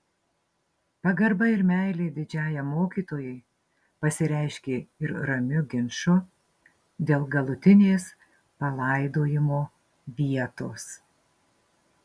pagarba ir meilė didžiajam mokytojui pasireiškė ir ramiu ginču dėl galutinės palaidojimo vietos